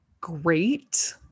great